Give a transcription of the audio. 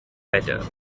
better